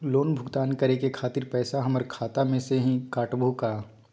Loan भुगतान करे के खातिर पैसा हमर खाता में से ही काटबहु का?